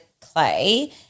clay